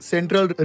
Central